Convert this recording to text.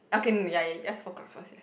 okay ya ya you just focus first